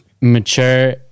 mature